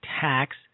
tax